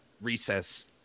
recess